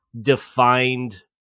defined